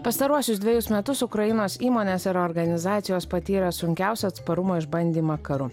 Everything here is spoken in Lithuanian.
pastaruosius dvejus metus ukrainos įmonės ir organizacijos patyrė sunkiausią atsparumo išbandymą karu